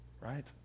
Right